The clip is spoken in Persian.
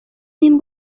این